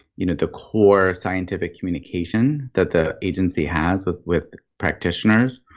you know the core scientific communication that the agency has with with practitioners.